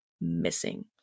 missing